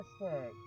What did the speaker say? fantastic